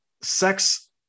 sex